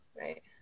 Right